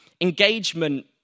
Engagement